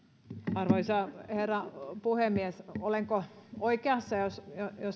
arvoisa herra puhemies olenko oikeassa jos